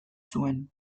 zuen